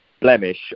blemish